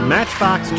Matchbox